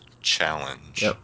challenge